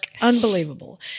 Unbelievable